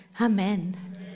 Amen